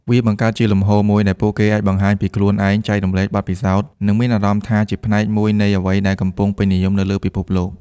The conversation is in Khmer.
វាបង្កើតជាលំហមួយដែលពួកគេអាចបង្ហាញពីខ្លួនឯង ចែករំលែកបទពិសោធន៍ និងមានអារម្មណ៍ថាជាផ្នែកមួយនៃអ្វីដែលកំពុងពេញនិយមនៅលើពិភពលោក។